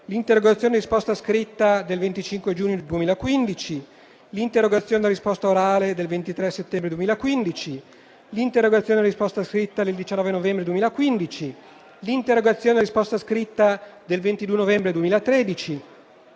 l'interrogazione a risposta scritta del 25 giugno 2015, l'interrogazione a risposta orale del 23 settembre 2015, l'interrogazione a risposta scritta del 19 novembre 2015, l'interrogazione a risposta scritta del 22 novembre 2013,